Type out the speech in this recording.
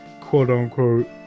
quote-unquote